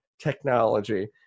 technology